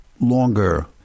longer